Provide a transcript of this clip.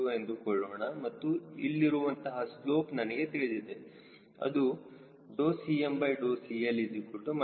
2ಎಂದುಕೊಳ್ಳೋಣ ಮತ್ತು ಇಲ್ಲಿರುವಂತಹ ಸ್ಲೋಪ್ ನನಗೆ ತಿಳಿದಿದೆ ಅದು CmCL SM